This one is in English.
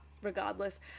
regardless